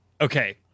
Okay